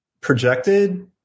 projected